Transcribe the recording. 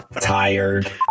tired